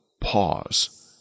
pause